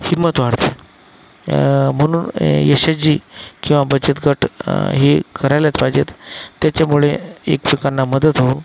हिम्मत वाढते म्हणून हे एस एच जी किंवा बचत गट हे करायलाच पाहिजेत त्याच्यामुळे एकमेकांना मदत हो